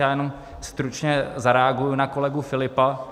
Já jenom stručně zareaguji na kolegu Filipa.